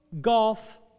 golf